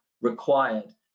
required